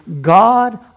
God